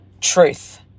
truth